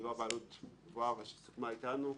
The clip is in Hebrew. מדובר בעלות גבוהה אבל שסוכמה אתנו.